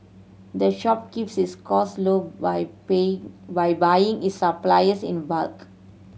the shop keeps its costs low by by buying its supplies in bulk